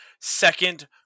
second